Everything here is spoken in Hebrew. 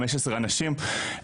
15 אנשים.